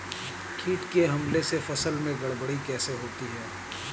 कीट के हमले से फसल में गड़बड़ी कैसे होती है?